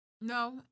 No